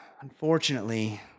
Unfortunately